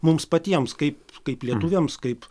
mums patiems kaip kaip lietuviams kaip